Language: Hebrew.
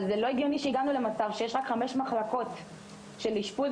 אבל זה לא הגיוני שהגענו למצב שיש רק חמש מחלקות של אשפוז